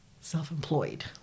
self-employed